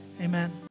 Amen